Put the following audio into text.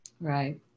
Right